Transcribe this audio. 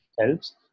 helps